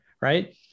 right